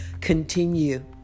Continue